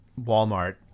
Walmart